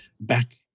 back